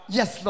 Yes